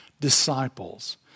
disciples